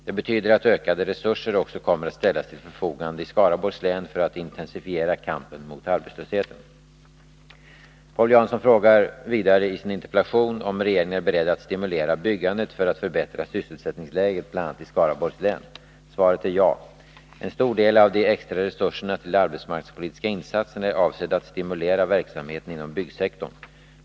Det betyder att ökade resurser också kommer att ställas till förfogande i Skaraborgs län för att man skall kunna intensifiera kampen mot arbetslösheten. Paul Jansson frågar vidare i sin interpellation om regeringen är beredd att stimulera byggandet för att förbättra sysselsättningsläget i bl.a. Skaraborgs län. Svaret är ja. En stor del av de extra resurserna till arbetsmarknadspolitiska insatser är avsedda att stimulera verksamheten inom byggsektorn.